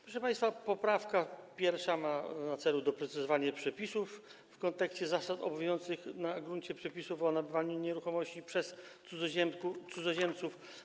Proszę państwa, poprawka 1. ma na celu doprecyzowanie przepisów w kontekście zasad obowiązujących na gruncie przepisów o nabywaniu nieruchomości przez cudzoziemców.